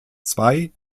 zwei